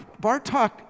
Bartok